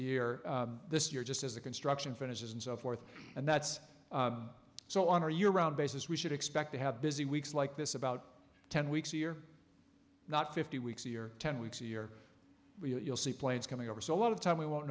the year this year just as the construction finishes and so forth and that's so on our year round basis we should expect to have busy weeks like this about ten weeks a year not fifty weeks a year ten weeks a year you'll see planes coming over so a lot of time we won't